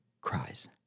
cries